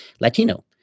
Latino